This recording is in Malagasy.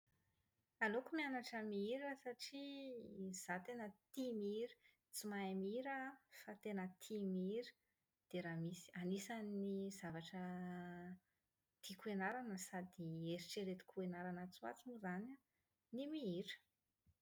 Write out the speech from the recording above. Aleoko mianatra mihira satria izaho tena tia mihira. Tsy mahay mihira aho an, fa tena tia mihira. Dia raha misy anisan'ny zavatra tiako ianarana sady eritreretiko ianarana atsy ho atsy moa izany an, mihira.